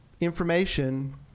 information